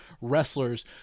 wrestlers